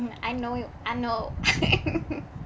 I know I know